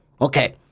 Okay